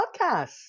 podcast